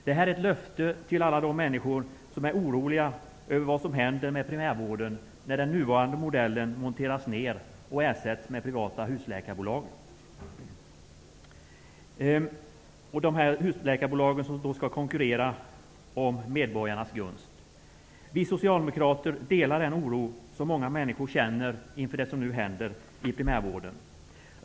Det är ett löfte till alla de människor som är oroliga över vad som skall hända med primärvården när den nuvarande modellen monteras ned och ersätts med privata husläkarbolag som skall konkurrera om medborgarnas gunst. Vi socialdemokrater delar den oro som många människor känner inför det som nu händer i primärvården.